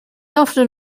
often